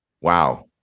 Wow